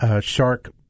Shark